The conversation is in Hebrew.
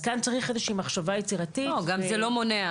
כאן צריך איזו שהיא מחשבה יצירתית --- זה גם לא מונע.